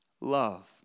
Love